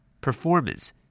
Performance